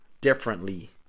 differently